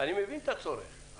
אני מבין את הצורך.